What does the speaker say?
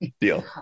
Deal